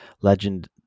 Legend